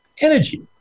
Energy